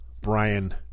Brian